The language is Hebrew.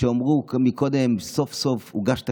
כשאמרו קודם: סוף-סוף הוגש תקציב?